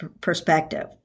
perspective